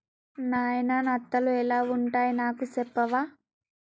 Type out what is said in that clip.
నాయిన నత్తలు ఎలా వుంటాయి నాకు సెప్పవా